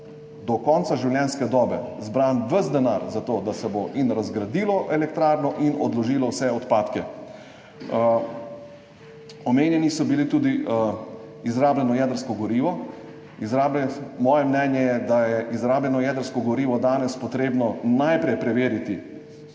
do konca življenjske dobe zbran ves denar za to, da se bo in razgradilo elektrarno in odložilo vse odpadke. Omenjeno je bilo tudi izrabljeno jedrsko gorivo. Moje mnenje je, da je pri izrabljenem jedrskem gorivu danes potrebno najprej preveriti